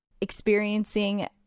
experiencing